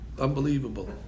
Unbelievable